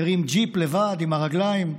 הרים ג'יפ לבד, עם הרגליים,